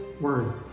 Word